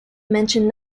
mention